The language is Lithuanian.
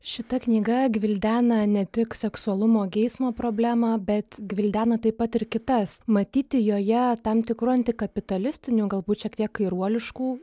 šita knyga gvildena ne tik seksualumo geismo problemą bet gvildena taip pat ir kitas matyti joje tam tikrų antikapitalistinių galbūt šiek tiek kairuoliškų